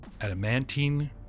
adamantine